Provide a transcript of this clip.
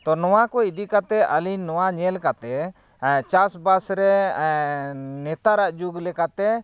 ᱛᱚ ᱱᱚᱣᱟ ᱠᱚ ᱤᱫᱤ ᱠᱟᱛᱮᱫ ᱟᱹᱞᱤᱧ ᱱᱚᱣᱟ ᱧᱮᱞ ᱠᱟᱛᱮᱫ ᱪᱟᱥᱵᱟᱥ ᱨᱮ ᱱᱮᱛᱟᱨᱟᱜ ᱡᱩᱜᱽ ᱞᱮᱠᱟᱛᱮ